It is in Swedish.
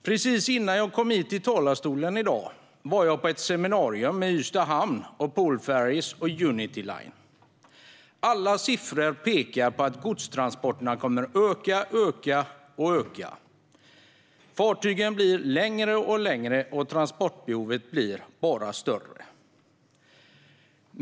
Precis innan jag ställde mig i talarstolen var jag på ett seminarium med Ystad Hamn, Polferries och Unity Line. Alla siffror pekar på att godstransporterna kommer att öka. Fartygen blir allt längre, och transportbehovet blir bara större.